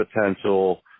potential